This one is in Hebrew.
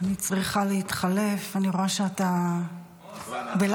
אני צריכה להתחלף, אני רואה שאתה בלחץ.